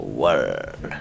world